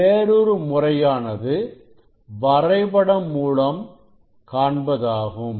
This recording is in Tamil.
வேறொரு முறையானது வரைபடம் மூலம் காண்பதாகும்